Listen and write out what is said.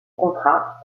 contrat